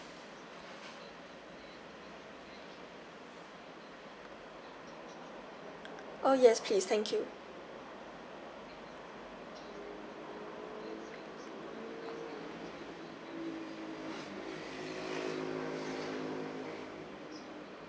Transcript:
oh yes please thank you